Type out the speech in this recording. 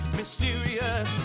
mysterious